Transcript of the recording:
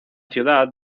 ciudad